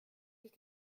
sich